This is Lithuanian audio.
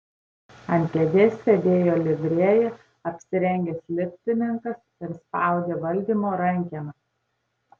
ant kėdės sėdėjo livrėja apsirengęs liftininkas ir spaudė valdymo rankeną